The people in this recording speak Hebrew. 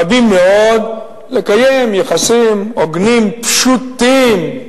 רבים מאוד, לקיים יחסים הוגנים, פשוטים,